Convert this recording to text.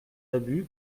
abus